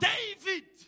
David